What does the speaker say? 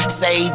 say